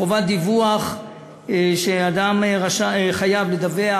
חובת דיווח שמשמעותה שאדם חייב לדווח